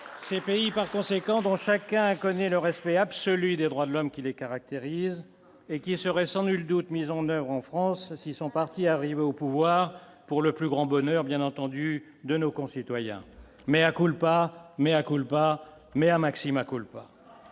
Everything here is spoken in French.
Ces pays par conséquent dans chacun connaît le respect absolu des droits de l'homme qui les caractérise et qui serait sans nul doute, mises en oeuvre en France, si son parti arrivait au pouvoir, pour le plus grand bonheur, bien entendu, de nos concitoyens, mea culpa, mea culpa, mea maxima culpa